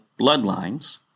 bloodlines